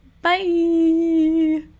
Bye